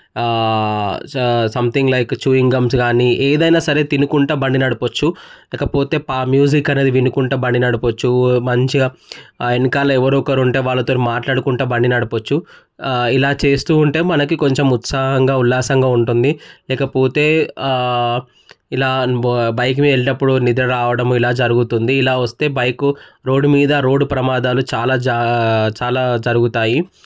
సం something like chewing gums కానీ ఏదైనా సరే తినుకుంటా బండి నడపొచ్చు లేకపోతే పా మ్యూజిక్ అనేది వినుకుంటా బండి నడపవచ్చు మంచిగా వెనకాల ఎవరో ఒకరు ఉంటే వాళ్ళతో మాట్లాడుకుంటా బండి నడపవచ్చు ఇలా చేస్తు ఉంటే మనకి కొంచెం ఉత్సాహంగా ఉల్లాసంగా ఉంటుంది లేకపోతే ఇలా బైక్ మీద వెళ్ళినప్పుడు నిద్ర రావడం ఇలా జరుగుతుంది ఇలా వస్తే బైకు రోడ్డు మీద రోడ్డు ప్రమాదాలు చాలా చాలా జరుగుతాయి